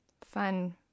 fun